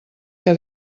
que